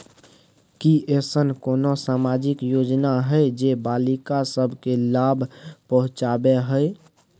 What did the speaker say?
की ऐसन कोनो सामाजिक योजना हय जे बालिका सब के लाभ पहुँचाबय हय?